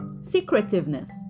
secretiveness